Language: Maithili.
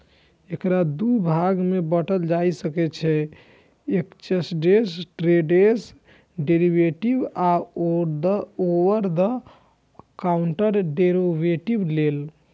एकरा दू भाग मे बांटल जा सकै छै, एक्सचेंड ट्रेडेड डेरिवेटिव आ ओवर द काउंटर डेरेवेटिव लेल